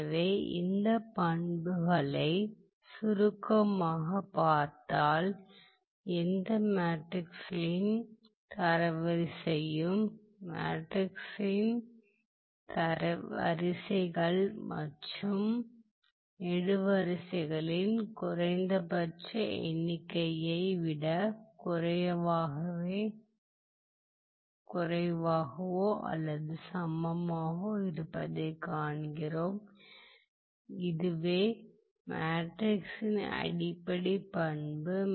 எனவே இந்தப் பண்புகளைச் சுருக்கமாகப் பார்த்தால் எந்த மேட்ரிக்ஸின் தரவரிசையும் மேட்ரிக்ஸின் வரிசைகள் மற்றும் நெடுவரிசைகளின் குறைந்தபட்ச எண்ணிக்கையை விட குறைவாகவோ அல்லது சமமாகவோ இருப்பதைக் காண்கிறோம் இதுவே மேட்ரிக்ஸின் அடிப்படை பண்பு